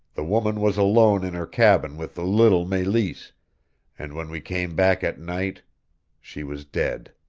the woman was alone in her cabin with the little meleese and when we came back at night she was dead.